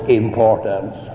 importance